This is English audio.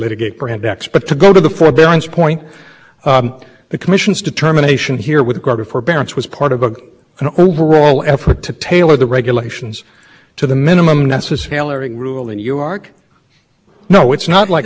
including to fifty one or to fifty two it doesn't mean that they didn't serve a purpose or that they don't still serve a purpose in other contexts but it certainly gives the commission the authority to look at this context a context in which was retaining sections to a one and two